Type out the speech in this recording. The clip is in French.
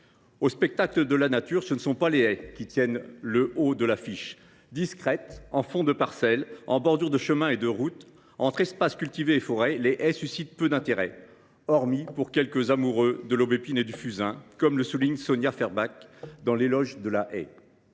Au spectacle de la nature, ce ne sont pas les haies qui tiennent le haut de l’affiche. Discrètes, en fond de parcelles, en bordure de chemins et de routes, entre espaces cultivés et forêts, les haies suscitent peu d’intérêt, hormis pour quelques amoureux de l’aubépine et du fusain, comme le souligne Sonia Feertchak dans. Pourtant, les haies